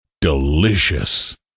Delicious